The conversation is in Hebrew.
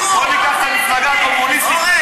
בואי ניקח את המפלגה הקומוניסטית,